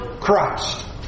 Christ